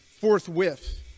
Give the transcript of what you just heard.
forthwith